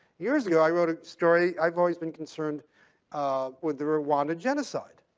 years ago, i wrote a story i've always been concerned um with the rwanda genocide.